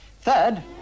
Third